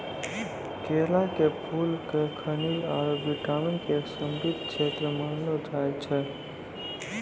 केला के फूल क खनिज आरो विटामिन के एक समृद्ध श्रोत मानलो जाय छै